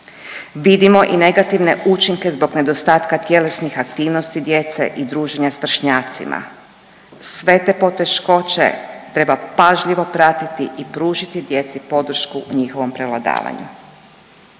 Vidimo i negativne učinke zbog nedostatka tjelesnih aktivnosti djece i druženja sa vršnjacima. Sve te poteškoće treba pažljivo pratiti i pružiti djeci podršku u njihovom prevladavanju.